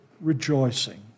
rejoicing